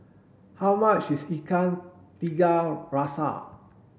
how much is ikan tiga rasa